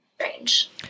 strange